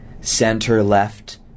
center-left